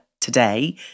today